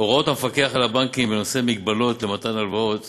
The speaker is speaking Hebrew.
הוראות המפקח על הבנקים בנושא מגבלות על מתן הלוואות